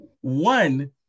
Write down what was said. one